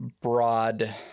broad